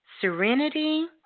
serenity